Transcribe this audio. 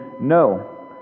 No